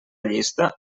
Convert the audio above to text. llista